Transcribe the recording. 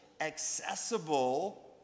accessible